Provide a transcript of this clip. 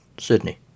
Sydney